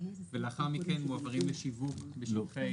ולאחר מכן מועברים לשיווק בשטחי הרשות?